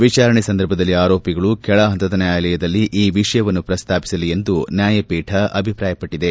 ವಿಚಾರಣೆ ಸಂದರ್ಭದಲ್ಲಿ ಆರೋಪಿಗಳು ಕೆಳಹಂತದ ನ್ವಾಯಾಲಯದಲ್ಲಿ ಈ ವಿಷಯವನ್ನು ಪ್ರಸ್ತಾಪಿಸಲಿ ಎಂದು ನ್ಯಾಯಪೀಠ ಅಭಿಪ್ರಾಯಪಟ್ಟದೆ